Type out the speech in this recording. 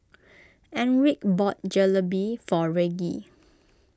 Enrique bought Jalebi for Reggie